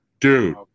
Dude